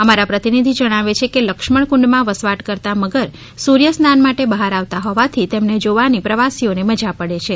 અમારા પ્રતિનિધિ જણાવે છે કે લક્ષ્મણ કુંડમાં વસવાટ કરતાં મગર સૂર્ય સ્નાન માટે બહાર આવતા હોવાથી તેમણે જોવાની પ્રવાસી ને મજા પડે છે